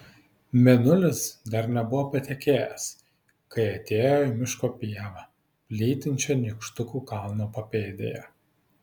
mėnulis dar nebuvo patekėjęs kai atėjo į miško pievą plytinčią nykštukų kalno papėdėje